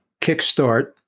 kickstart